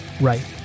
right